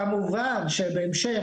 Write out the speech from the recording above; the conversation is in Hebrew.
כמובן שבהמשך,